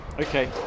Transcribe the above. Okay